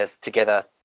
together